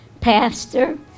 pastor